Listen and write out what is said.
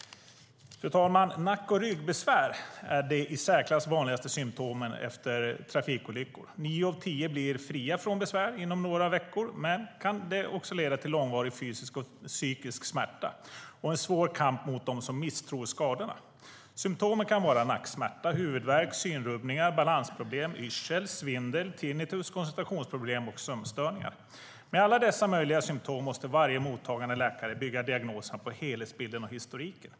Fru talman! Nack och ryggbesvär är de i särklass vanligaste symtomen efter trafikolyckor. Nio av tio blir fria från besvär inom några veckor, men det kan också leda till långvarig fysisk och psykisk smärta och en svår kamp mot dem som misstror skadorna. Symtomen kan vara nacksmärta huvudvärk synrubbningar balansproblem yrsel svindel tinnitus koncentrationsproblem sömnstörningar. Med alla dessa möjliga symtom måste varje mottagande läkare bygga diagnoserna på helhetsbilden och historiken.